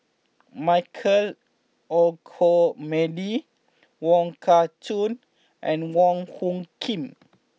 Michael Olcomendy Wong Kah Chun and Wong Hung Khim